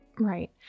Right